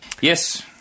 Yes